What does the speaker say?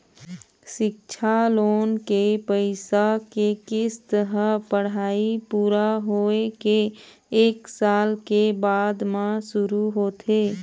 सिक्छा लोन के पइसा के किस्त ह पढ़ाई पूरा होए के एक साल के बाद म शुरू होथे